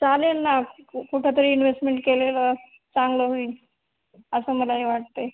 चालेल ना कुठंतरी इन्वेस्टमेंट केलेलं चांगलं होईल असं मला हे वाटते